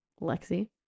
Lexi